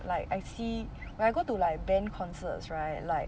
like I see when I go to like band concert right like